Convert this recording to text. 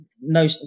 No